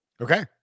Okay